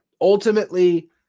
Ultimately